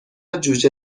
جوجه